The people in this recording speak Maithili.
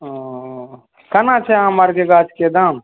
केना छै आम आरके गाछके दाम